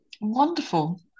Wonderful